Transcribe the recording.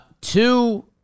two